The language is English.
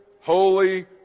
holy